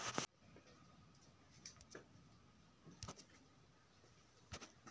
Debit कार्डचा नवा pin मले कसा घेता येईन?